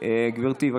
יותר, אז